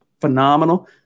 phenomenal